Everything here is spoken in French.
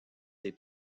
des